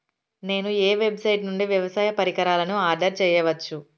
నేను ఏ వెబ్సైట్ నుండి వ్యవసాయ పరికరాలను ఆర్డర్ చేయవచ్చు?